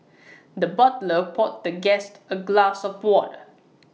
the butler poured the guest A glass of water